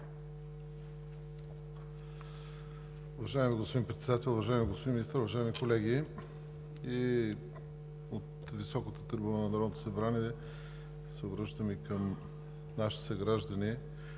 Уважаеми господин Председател, уважаеми господин Министър, уважаеми колеги! Ние от високата трибуна на Народното събрание се обръщаме към нашите съграждани,